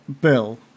Bill